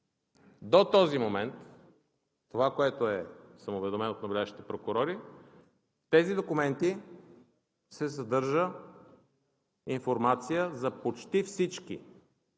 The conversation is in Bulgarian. До този момент за това, което съм уведомен от наблюдаващите прокурори, в тези документи се съдържа информация за почти всички